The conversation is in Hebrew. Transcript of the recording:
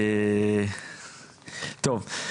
טוב,